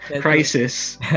crisis